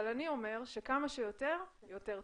אבל אני אומר שכמה שיותר יותר טוב.